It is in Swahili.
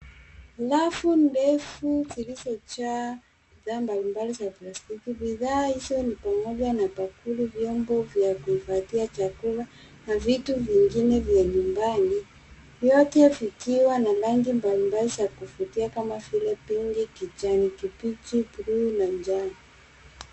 Rafu ndefu, zilizojaa bidhaa mbalimbali za plastiki. Bidhaa hizo na pamoja na takwari, vyombo vya kupatia chakula na vitu vingine vya nyumbani. Vyote vikiwa na rangi mbalimbali za kuvutia kama vile pinki, kijani kibichi, blue manjano.